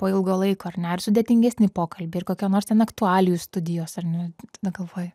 po ilgo laiko ar ne ar sudėtingesni pokalbiai ar kokia nors ten aktualijų studijos ar ne na galvoji